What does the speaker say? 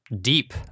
deep